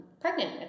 pregnant